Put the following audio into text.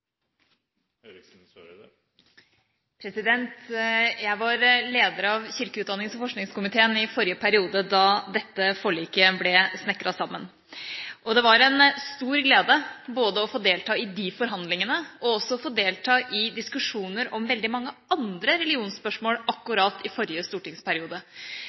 Jeg var leder av kirke-, utdannings- og forskningskomiteen i forrige periode da dette forliket ble snekret sammen. Det var en stor glede både å få delta i de forhandlingene og å få delta i diskusjoner om veldig mange andre religionsspørsmål akkurat i forrige stortingsperiode.